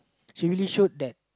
she really showed that